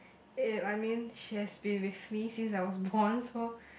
eh I mean she has been with me since I was born so